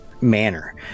manner